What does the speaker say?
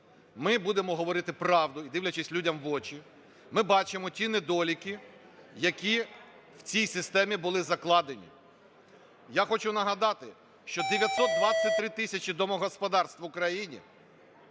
ми будемо говорити правду, дивлячись людям в очі, ми бачимо ті недоліки, які в цій системі були закладені. Я хочу нагадати, що 923 тисячі домогосподарств в Україні